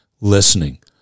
listening